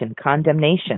condemnation